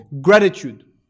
gratitude